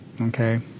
Okay